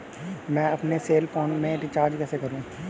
मैं अपने cell phone में रिचार्ज कैसे करूँ?